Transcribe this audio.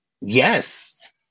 Yes